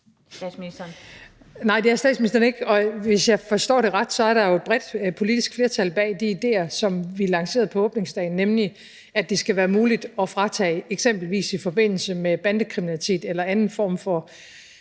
Nej, det er statsministeren ikke. Og hvis jeg forstår det ret, er der jo et bredt politisk flertal bag de idéer, som vi lancerede på åbningsdagen, nemlig at det skal være muligt eksempelvis i forbindelse med bandekriminalitet eller anden form for